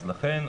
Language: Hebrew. לכן,